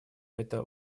это